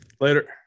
Later